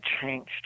changed